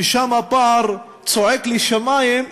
שם הפער צועק לשמים,